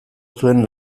zuen